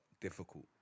difficult